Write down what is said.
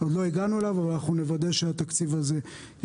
עוד לא הגענו אליו אבל נוודא שהתקציב הזה יקרה.